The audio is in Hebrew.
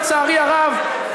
לצערי הרב,